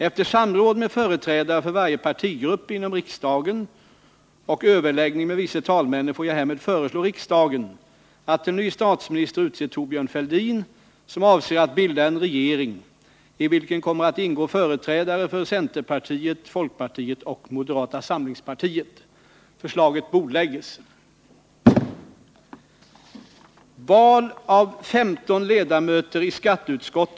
Efter samråd med företrädare för varje partigrupp inom riksdagen och överläggning med vice talmännen får jag härmed föreslå riksdagen att till ny statsminister utse Thorbjörn Fälldin, som avser att bilda en regering i vilken kommer att ingå företrädare för centerpartiet, folkpartiet och moderata samlingspartiet.